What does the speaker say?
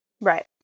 Right